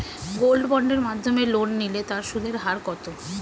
Gold বন্ডের মাধ্যমে loan নিলে তার সুদের হার কত?